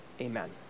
Amen